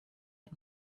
had